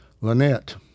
Lynette